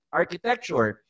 architecture